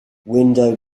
window